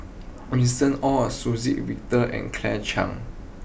Winston Oh Suzann Victor and Claire Chiang